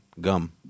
Gum